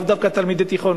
לאו דווקא תלמידי תיכון.